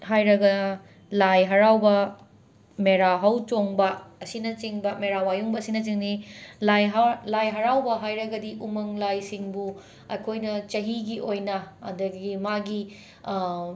ꯍꯥꯏꯔꯒ ꯂꯥꯏ ꯍꯔꯥꯎꯕ ꯃꯦꯔꯥ ꯍꯧꯆꯣꯡꯕ ꯑꯁꯤꯅꯆꯤꯡꯕ ꯃꯦꯔꯥ ꯋꯥꯌꯨꯡꯕ ꯑꯁꯤꯅꯆꯤꯡꯕꯅꯤ ꯂꯥꯏ ꯍꯥꯎꯔ ꯂꯥꯏ ꯍꯔꯥꯎꯕ ꯍꯥꯏꯔꯒꯗꯤ ꯎꯃꯪ ꯂꯥꯏꯁꯤꯡꯕꯨ ꯑꯩꯈꯣꯏꯅ ꯆꯍꯤꯒꯤ ꯑꯣꯏꯅ ꯑꯗꯒꯤ ꯃꯥꯒꯤ